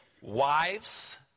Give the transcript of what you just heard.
Wives